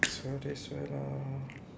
so that's way lah